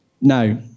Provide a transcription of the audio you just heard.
Now